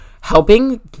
helping